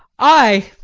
aye,